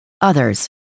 Others